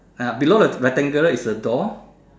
uh below the rectangle is a door